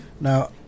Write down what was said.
now